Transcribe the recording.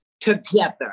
together